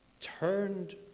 turned